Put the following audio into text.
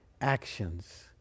actions